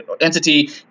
entity